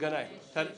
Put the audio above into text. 6 נגד,